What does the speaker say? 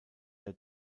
der